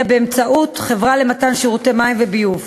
אלא באמצעות חברה למתן שירותי מים וביוב.